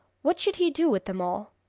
what should he do with them all?